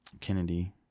kennedy